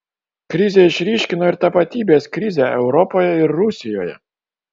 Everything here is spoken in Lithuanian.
krizė išryškino ir tapatybės krizę europoje ir rusijoje